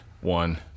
one